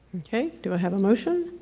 ok, do i have a motion?